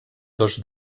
dos